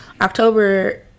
october